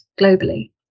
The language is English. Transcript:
globally